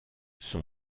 son